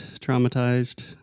traumatized